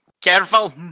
Careful